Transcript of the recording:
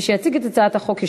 מי שיציג את הצעת החוק,